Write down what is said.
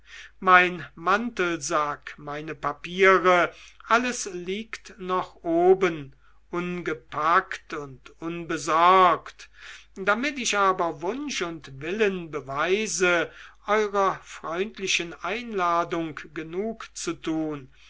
mein mantelsack meine papiere alles liegt noch oben ungepackt und unbesorgt damit ich aber wunsch und willen beweise eurer freundlichen einladung genugzutun so